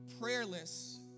Prayerless